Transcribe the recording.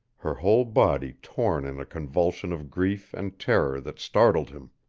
her whole body torn in a convulsion of grief and terror that startled him.